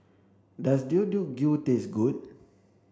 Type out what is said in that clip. does Deodeok Gui taste good